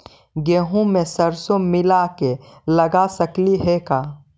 गेहूं मे सरसों मिला के लगा सकली हे का?